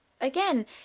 again